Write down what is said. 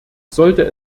sollte